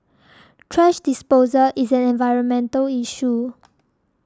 thrash disposal is an environmental issue